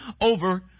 over